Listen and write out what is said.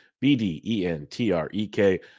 B-D-E-N-T-R-E-K